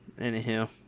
anywho